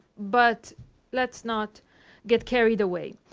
but let's not get carried away.